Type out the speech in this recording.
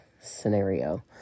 scenario